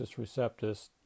Receptus